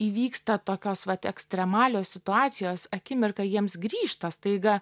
įvyksta tokios vat ekstremalios situacijos akimirką jiems grįžta staiga